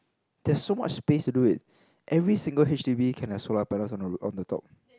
there's so much space to do it every single H_D_B can have solar panels on the ro~ on the top